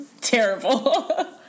terrible